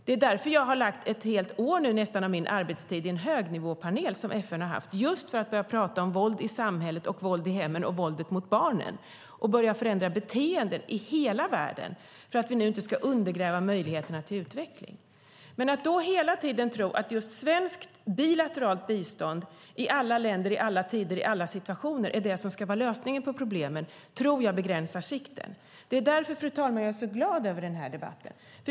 Det är därför som jag har ägnat nästan ett helt år av min arbetstid i en högnivåpanel som FN har haft just åt att prata om våld i samhället, våld i hemmen och våldet mot barnen och börja förändra beteenden i hela världen, för att vi inte ska undergräva möjligheterna till utveckling. Att då hela tiden tro att svenskt bilateralt bistånd i alla länder, i alla tider och i alla situationer är det som ska vara lösningen på problemen tror jag begränsar sikten. Det är därför, fru talman, jag är så glad över den här debatten.